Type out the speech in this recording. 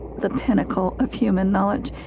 the pinnacle of human knowledge.